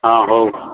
ହଁ ହଉ